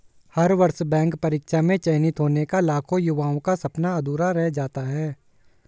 हर वर्ष बैंक परीक्षा में चयनित होने का लाखों युवाओं का सपना अधूरा रह जाता है